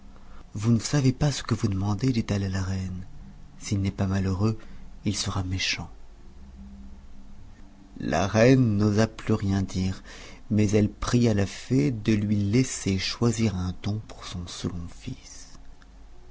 vous ne savez pas ce que vous demandez dit-elle à la reine s'il n'est pas malheureux il sera méchant la reine n'osa plus rien dire mais elle pria la fée de lui laisser choisir un don pour son second fils